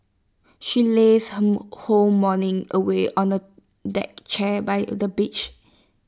she lazed her whole morning away on A deck chair by the beach